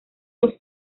dos